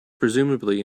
presumably